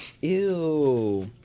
Ew